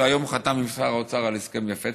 שהיום הוא חתם עם שר האוצר על הסכם יפה,